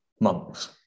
months